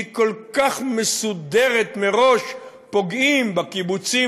היא כל כך מסודרת מראש: פוגעים בקיבוצים